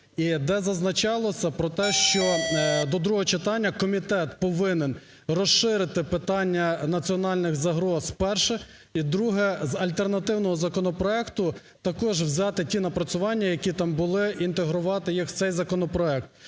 де зазначалося про те, що до другого читання комітет повинен розширити питання національних загроз. Перше. І друге. З альтернативного законопроекту також взяти ті напрацювання, які там були, інтегрувати їх в цей законопроект.